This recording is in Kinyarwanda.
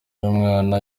y’umwana